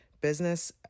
business